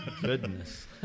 Goodness